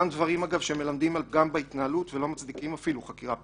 גם דברים שמלמדים על פגם בהתנהלות ולא מצדיקים אפילו חקירה פלילית.